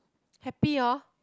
happy lor